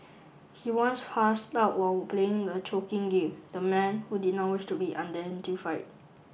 he once passed out while playing the choking game the man who did not wish to be identified